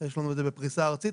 יש לנו את זה בפריסה ארצית.